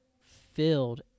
filled